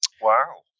Wow